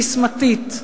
ססמתית,